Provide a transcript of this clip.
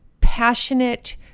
passionate